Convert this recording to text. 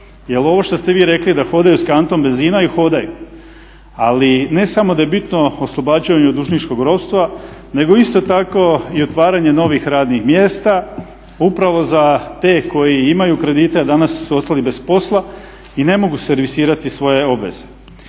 Jer ovo što ste vi rekli da hodaju s kantom benzina, i hodaju. Ali ne samo da je bitno oslobađanje od dužničkog ropstva nego isto tako i otvaranje novih radnih mjesta upravo za te koji imaju kredite a danas su ostali bez posla i ne mogu servisirati svoje obveze.